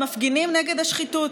הם מפגינים נגד השחיתות.